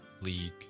League